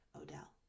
Odell